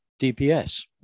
DPS